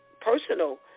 personal